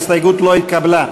ההסתייגות לא התקבלה.